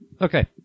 Okay